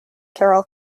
carol